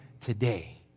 today